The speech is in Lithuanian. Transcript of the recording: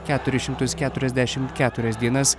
keturis šimtus keturiasdešimt keturias dienas